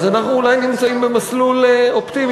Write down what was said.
אז אנחנו אולי נמצאים במסלול אופטימי.